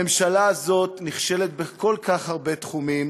הממשלה הזאת נכשלת בכל כך הרבה תחומים,